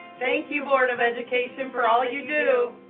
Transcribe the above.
thank you board of education for all you do.